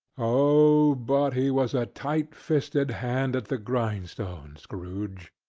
oh! but he was a tight-fisted hand at the grind-stone, scrooge!